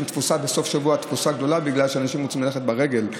בסוף השבוע יש להם תפוסה גדולה בגלל שאנשים רוצים ללכת ברגל.